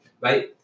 right